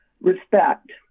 respect